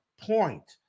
point